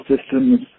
systems